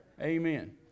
Amen